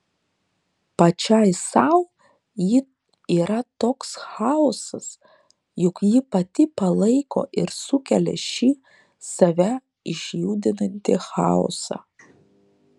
pačiai sau ji yra toks chaosas juk ji pati palaiko ir sukelia šį save išjudinantį chaosą